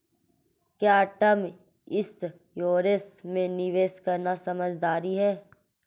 क्या term insurance में निवेश करना समझदारी है?